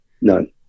None